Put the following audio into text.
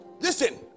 Listen